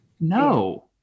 No